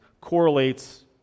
correlates